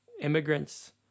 immigrants